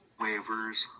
waivers